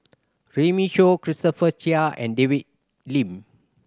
Runme Shaw Christopher Chia and David Lim